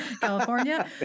California